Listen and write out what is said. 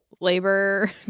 labor